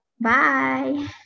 Bye